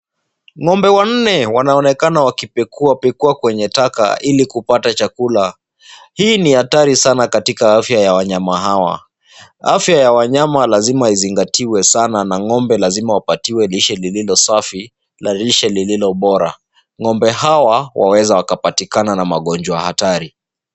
Ng'ombe wanne wanaonekana wakipekuapekua kwenye taka ili kupata chakula. Hii ni hatari sana katika afya ya wanyama hawa. Afya ya wanyama lazima izingatiwe sana na ng'ombe lazima wapatiwe lishe lililo safi na lishe lililo bora. Ng'ombe hawa waweza wakapatikana na magonjwa hatari.